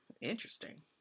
interesting